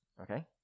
Okay